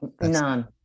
None